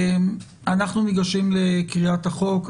אנחנו ניגשים לקריאת החוק.